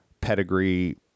pedigree